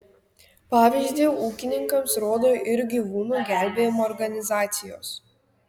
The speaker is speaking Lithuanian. pavyzdį ūkininkams rodo ir gyvūnų gelbėjimo organizacijos